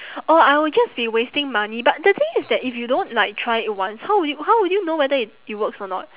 oh I will just be wasting money but the thing is that if you don't like try it once how would you how would you know whether it it works or not